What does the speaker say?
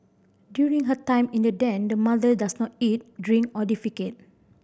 during her time in the den the mother does not eat drink or defecate